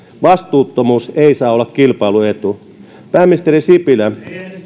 vastuuttomuus ei saa olla kilpailuetu pääministeri sipilä